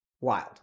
Wild